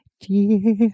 Dear